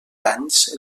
danys